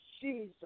Jesus